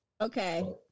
Okay